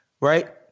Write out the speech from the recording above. Right